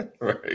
right